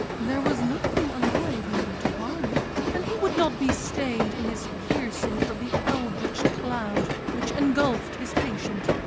there was nothing alive here to harm him, and he would not be stayed in his piercing of the eldritch cloud which engulfed his patient.